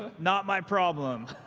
ah not my problem!